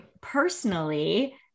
personally